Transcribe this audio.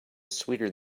sweeter